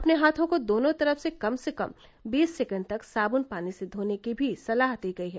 अपने हाथों को दोनों तरफ से कम से कम बीस सेकेण्ड तक साबुन पानी से धोने की भी सलाह दी गयी है